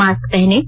mask पहनें